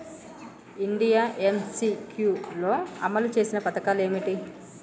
India MCQ లో అమలు చేసిన పథకాలు ఏమిటి?